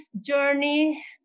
Journey